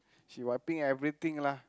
she wiping everything lah